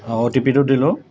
অঁ অ' টি পিটো দিলোঁ